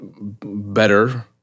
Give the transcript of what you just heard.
better